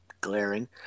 Glaring